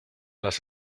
las